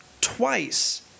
twice